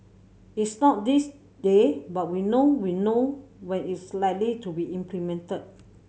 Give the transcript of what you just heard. it's not this day but now we know we know when it's likely to be implemented